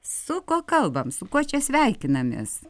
su kuo kalbame su kuo čia sveikinamės